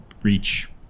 Reach